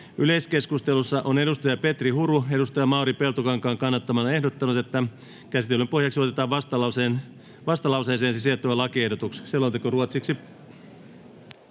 Yleiskeskustelussa on Petri Huru Mauri Peltokankaan kannattamana ehdottanut, että käsittelyn pohjaksi otetaan vastalauseeseen sisältyvä lakiehdotus. [Speech 2]